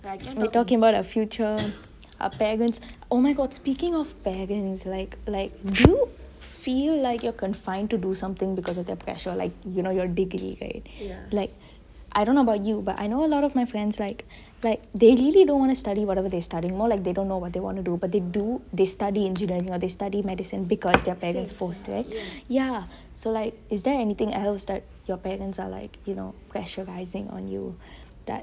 we're talking about a future our parents oh my god speaking of parents like like you feel like you're confined to do something because of their pressure like you know your degree right I don't know about you but I know a lot of my friends like like they really don't want to study whatever they studying more like they don't know what they wanna do but they do they study engineering or they study medicine because their parents force them ya so like is there anything else that your parents are like you know pressurizing on you that